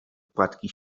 płatki